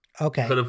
Okay